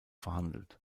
verhandelt